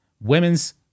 women's